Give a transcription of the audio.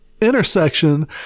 intersection